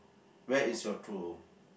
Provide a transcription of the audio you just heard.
where is your true home